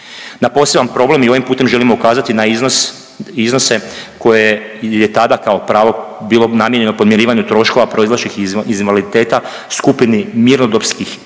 Na poseban problem i ovim putem želimo ukazati na iznos, iznose koje je tada kao pravo bilo namijenjeno podmirivanju troškova proizašlih iz invaliditeta skupini mirnodopskih civilnih